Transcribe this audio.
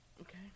Okay